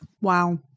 Wow